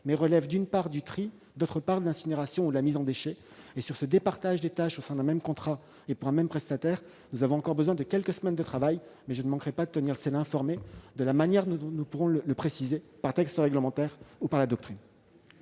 tri, et, pour d'autres, de l'incinération ou de la mise en décharge. Pour ce départage des tâches au sein d'un même contrat avec un même prestataire, nous avons encore besoin de quelques semaines de travail, mais je ne manquerai pas de tenir le Sénat informé de la manière dont nous pourrons préciser ces éléments par un texte réglementaire ou par la doctrine.